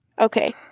okay